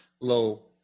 low